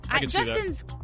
Justin's